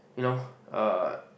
you know uh